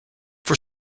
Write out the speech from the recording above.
for